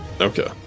okay